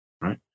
right